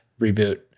Reboot